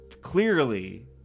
clearly